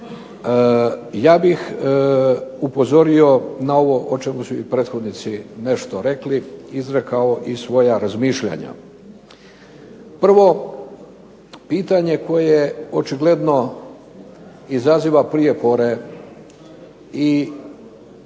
Ja bih upozorio na ovo o čemu su i prethodnici nešto rekli, izrekao i svoja razmišljanja. Prvo, pitanje koje očigledno izaziva prijepore i